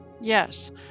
Yes